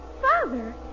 father